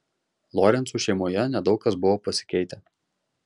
lorencų šeimoje nedaug kas buvo pasikeitę